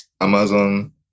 Amazon